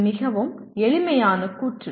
இது மிகவும் எளிமையான கூற்று